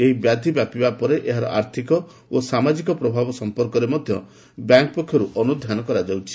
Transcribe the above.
ଏହି ବ୍ୟାଧି ବ୍ୟାପିବା ପରେ ଏହାର ଆର୍ଥିକ ଓ ସାମାଜିକ ପ୍ରଭାବ ସମ୍ପର୍କରେ ମଧ୍ୟ ବ୍ୟାଙ୍କ୍ ପକ୍ଷର୍ତ ଅନୁଧ୍ୟାନ କରାଯାଉଛି